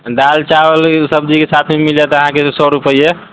दालि चावल सब्जीके साथे मिल जायत अहाँकेँ सए रुपैए